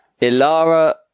ilara